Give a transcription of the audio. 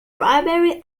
primary